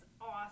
awesome